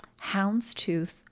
houndstooth